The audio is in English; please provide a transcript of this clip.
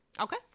Okay